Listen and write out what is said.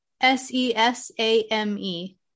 S-E-S-A-M-E